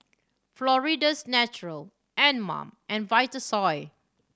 Florida's Natural Anmum and Vitasoy